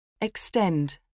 Extend